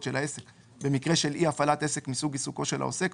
של העסק במקרה של אי־הפעלת עסק מסוג עיסוקו של העוסק,